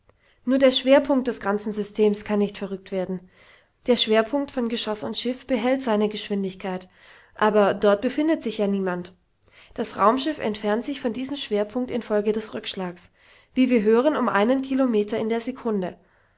nur der schwerpunkt des ganzen systems kann nicht verrückt werden der schwerpunkt von geschoß und schiff behält seine geschwindigkeit aber dort befindet sich ja niemand das raumschiff entfernt sich von diesem schwerpunkt infolge des rückschlags wie wir hören um einen kilometer in der sekunde